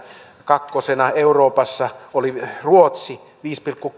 kakkosena euroopassa oli ruotsi viidellä pilkku